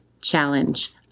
Challenge